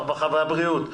הרווחה והבריאות.